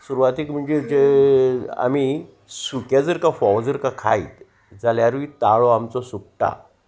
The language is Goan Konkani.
सुरवातीक म्हणजे जे आमी सुकें जर फोव जर खायत जाल्यारूय ताळो आमचो सुकटा